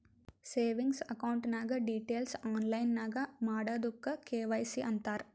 savings account ನಾಗ್ details online ನಾಗ್ ಮಾಡದುಕ್ ಕೆ.ವೈ.ಸಿ ಅಂತಾರ್